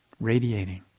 radiating